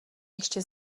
ještě